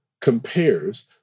compares